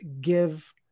give